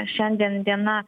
šiandien diena